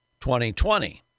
2020